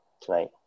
tonight